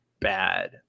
Bad